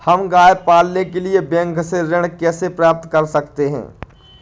हम गाय पालने के लिए बैंक से ऋण कैसे प्राप्त कर सकते हैं?